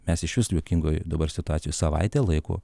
mes iš vis juokingoj dabar situacijoj savaitę laiko